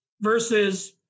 versus